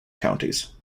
counties